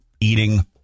eating